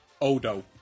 Odo